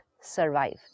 survive